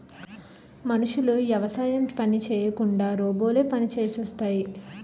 మనుషులు యవసాయం పని చేయకుండా రోబోలే పనులు చేసేస్తాయి